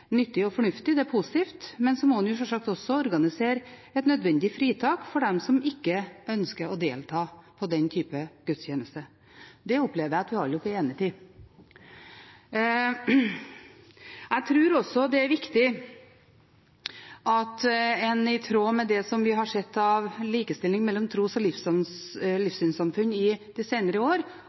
nyttig, fornuftig og positivt, men en må jo sjølsagt også organisere et nødvendig fritak for dem som ikke ønsker å delta på den typen gudstjeneste. Det opplever jeg at vi alle er enige i. Jeg tror også at det er viktig, i tråd med det som vi har sett av likestilling av tros- og livssynsamfunn i de senere år,